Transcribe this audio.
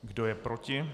Kdo je proti?